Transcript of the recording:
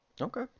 Okay